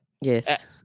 Yes